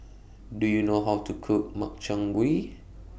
Do YOU know How to Cook Makchang Gui